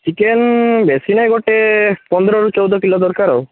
chicken ବେଶୀ ନାହିଁ ଗୋଟେ ପନ୍ଦରରରୁ ଚଉଦ କିଲୋ ଦରକାର ଆଉ